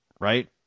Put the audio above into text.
Right